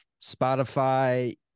Spotify